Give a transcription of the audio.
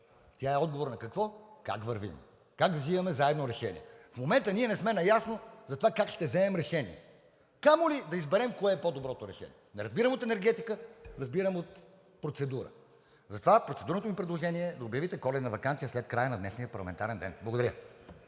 тя е отговор на какво – как вървим, как да взимаме заедно решения. В момента ние не сме наясно затова как ще вземем решение, камо ли да изберем кое е по-доброто решение. Не разбирам от енергетика, разбирам от процедура. Затова процедурното ми предложение е да обявите коледна ваканция след края на днешния парламентарен ден. Благодаря.